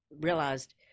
realized